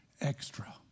extra